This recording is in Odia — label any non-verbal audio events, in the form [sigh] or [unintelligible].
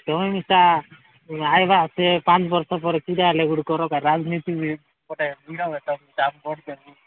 ତୁମେ ମିଶା ଆଇବା ସେ ପାଞ୍ଚ ବର୍ଷ ପରେ କିରା ଗୋଟେ କର ରାଜନୀତି [unintelligible]